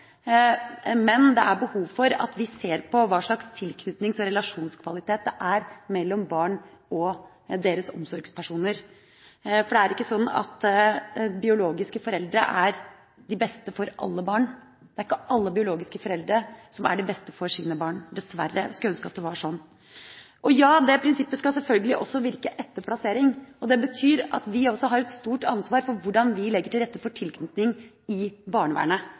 Men det er behov for å se på hva slags tilknytnings- og relasjonskvalitet det er mellom barn og deres omsorgspersoner, for det er ikke sånn at biologiske foreldre er de beste for alle barn. Det er ikke alle biologiske foreldre som er de beste for sine barn, dessverre. Jeg skulle ønske at det var sånn. Dette prinsippet skal selvfølgelig også virke etter plassering. Det betyr at vi har et stort ansvar for hvordan vi legger til rette for tilknytning i barnevernet.